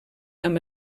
amb